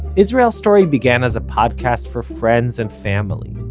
israel story began as a podcast for friends and family,